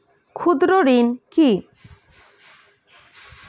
ক্ষুদ্র ঋণ কি?